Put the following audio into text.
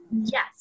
yes